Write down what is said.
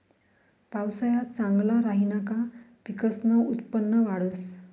पावसाया चांगला राहिना का पिकसनं उत्पन्न वाढंस